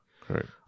Correct